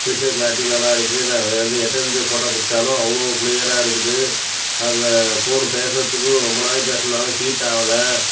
picture clarity நல்லா இருக்குது நம்ம வந்து எட்ட இருந்து ஃபோட்டோ பிடிச்சாலும் அவ்வளோ கிளியராக இருக்குது அதை ஃபோனு பேசுகிறதுக்கு ரொம்ப நாழி பேசணும்னாலும் ஹீட் ஆகல